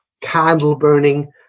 candle-burning